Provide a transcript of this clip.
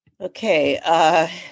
Okay